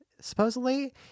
supposedly